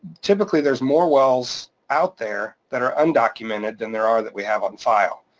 typically there's more wells out there that are undocumented than there are that we have on file.